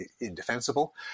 indefensible